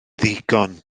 ddigon